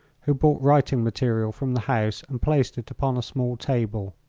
who brought writing material from the house and placed it upon a small table.